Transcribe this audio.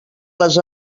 les